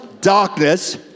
darkness